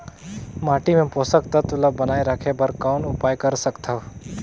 माटी मे पोषक तत्व ल बनाय राखे बर कौन उपाय कर सकथव?